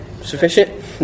Sufficient